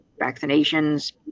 vaccinations